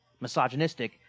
misogynistic